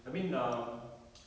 I mean um